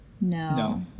No